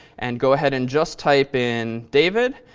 and go ahead and just type in david.